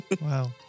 Wow